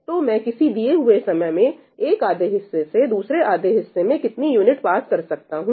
तो मैं किसी दिए हुए समय में एक आधे हिस्से से दूसरे आधे हिस्से में कितनी यूनिट पास कर सकता हूं